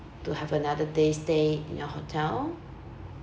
to have another day stay in your hotel